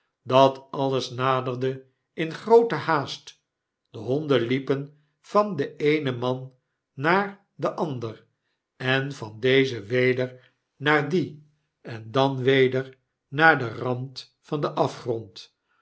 dat alles naderde in groote haast de honden liepen van den eenen man naar den ander en van dezen weder naar dien en dan weder naar den rand van den afgrond